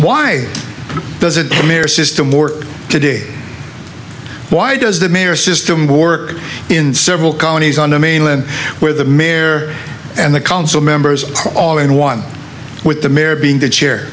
why doesn't the mayor system work today why does the mayor system work in several counties on the mainland where the mayor and the council members are all in one with the mayor being the chair